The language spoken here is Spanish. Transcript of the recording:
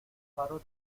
faro